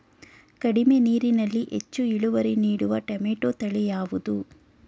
ಕಡಿಮೆ ನೀರಿನಲ್ಲಿ ಹೆಚ್ಚು ಇಳುವರಿ ನೀಡುವ ಟೊಮ್ಯಾಟೋ ತಳಿ ಯಾವುದು?